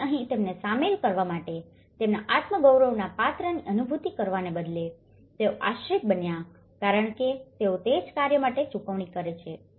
તેથી અહીં તેમને સામેલ કરવા અને તેના આત્મગૌરવના પાત્રની અનુભૂતિ કરવાને બદલે તેઓ આશ્રિત બન્યા છે કારણ કે તેઓ તે જ કાર્ય માટે ચૂકવણી કરે છે